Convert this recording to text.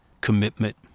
commitment